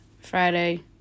Friday